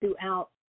throughout